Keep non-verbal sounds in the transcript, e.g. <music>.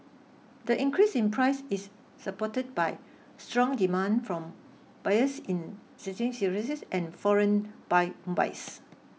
the increase in price is supported by strong demand from buyers in <unintelligible> and foreign buy buys